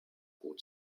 gut